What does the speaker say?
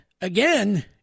again